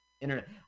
internet